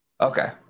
okay